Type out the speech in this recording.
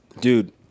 Dude